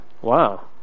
Wow